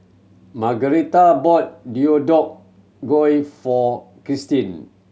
Margueritta bought Deodeok Gui for Kristin